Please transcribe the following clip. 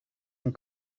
and